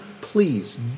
please